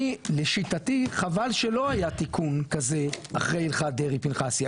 לשיטתי חבל שלא היה תיקון כזה אחרי הלכת דרעי פנחסי,